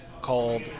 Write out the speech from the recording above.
called